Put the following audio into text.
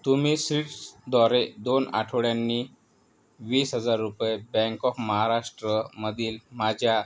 तुम्ही सीट्सद्वारे दोन आठवड्यांनी वीस हजार रूपये बँक ऑफ महाराष्ट्रमधील माझ्या